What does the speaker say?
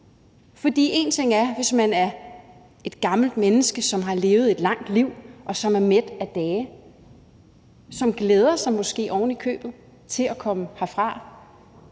For én ting er, hvis man er et gammelt menneske, som har levet et langt liv, som er mæt af dage, og som måske ovenikøbet glæder sig til at komme herfra.